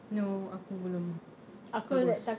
no aku belum bagus